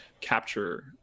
capture